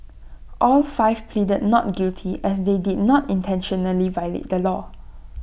all five pleaded not guilty as they did not intentionally violate the law